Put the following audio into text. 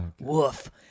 Woof